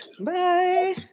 Bye